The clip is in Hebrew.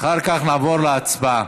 אחר כך נעבור להצבעה.